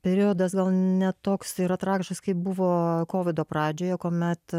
periodas gal ne toks yra tragiškas kaip buvo kovido pradžioje kuomet